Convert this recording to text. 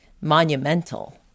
monumental